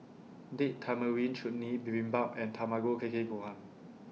Date Tamarind Chutney Bibimbap and Tamago Kake Gohan